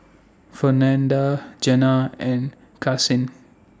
Fernanda Jana and Karsyn